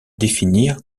définir